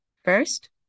First